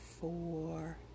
four